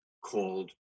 called